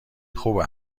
خوب